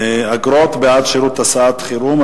(אגרות בעד שירות הסעת חירום),